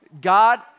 God